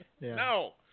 No